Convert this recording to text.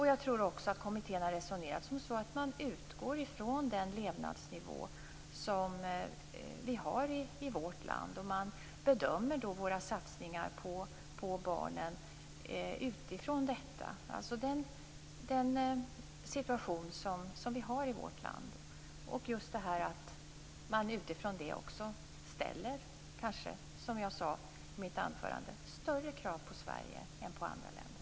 Jag tror också att kommittén har resonerat så att man skall utgå från den levnadsnivå som vi har i vårt land och bedöma våra satsningar på barnen utifrån den situation som vi har i vårt land. Just därför ställer man, som jag sade i mitt anförande, kanske större krav på Sverige än på andra länder.